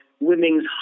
women's